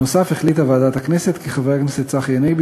בנוסף החליטה ועדת הכנסת כי חבר הכנסת צחי הנגבי